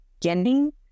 beginning